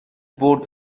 برد